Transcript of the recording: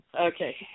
Okay